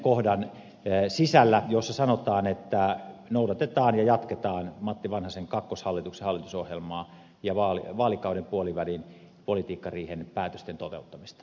kohdan sisällä jossa sanotaan että noudatetaan ja jatketaan matti vanhasen kakkoshallituksen hallitusohjelmaa ja vaalikauden puolivälin politiikkariihen päätösten toteuttamista